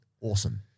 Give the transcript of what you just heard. awesome